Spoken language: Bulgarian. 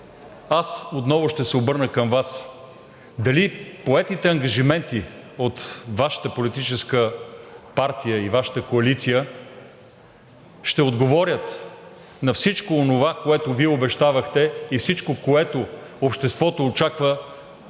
аз отново ще се обърна към Вас – дали поетите ангажименти от Вашата политическа партия и Вашата коалиция ще отговорят на всичко онова, което Вие обещавахте, и всичко, което обществото очаква